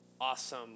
awesome